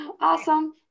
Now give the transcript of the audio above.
Awesome